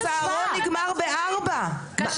אבל הצהרון נגמר ב-16:00.